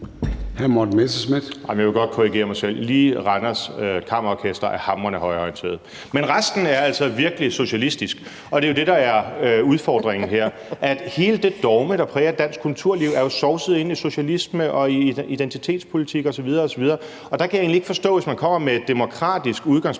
Jeg vil godt korrigere mig selv. Lige Randers Kammerorkester er hamrende højreorienteret, men resten er altså virkelig socialistiske, og det er jo det, der er udfordringen her. Hele det dogme, der præger dansk kulturliv, er jo sovset ind i socialisme, identitetspolitik osv. osv. Og der kan jeg egentlig ikke forstå, at hvis vi kommer med et demokratisk udgangspunkt,